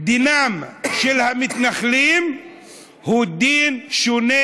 דינם של המתנחלים הוא דין שונה